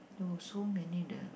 no so many the